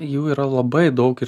jų yra labai daug ir